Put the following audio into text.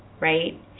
Right